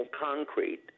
concrete